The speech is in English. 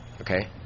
Okay